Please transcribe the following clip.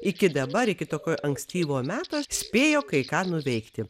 iki dabar iki tokio ankstyvo meto spėjo kai ką nuveikti